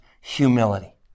humility